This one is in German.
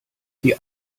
die